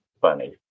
funny